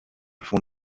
font